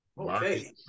Okay